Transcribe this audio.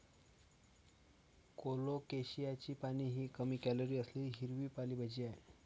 कोलोकेशियाची पाने ही कमी कॅलरी असलेली हिरवी पालेभाजी आहे